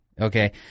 Okay